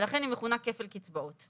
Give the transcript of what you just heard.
ולכן היא מכונה כפל קצבאות.